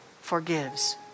forgives